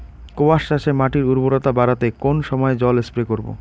কোয়াস চাষে মাটির উর্বরতা বাড়াতে কোন সময় জল স্প্রে করব?